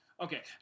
Okay